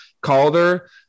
Calder